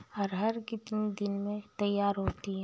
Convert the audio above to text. अरहर कितनी दिन में तैयार होती है?